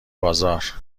بازار